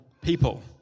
people